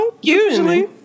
usually